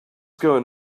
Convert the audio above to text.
going